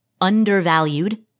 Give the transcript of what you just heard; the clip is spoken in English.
undervalued